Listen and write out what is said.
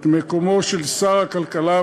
את מקומו של שר הכלכלה,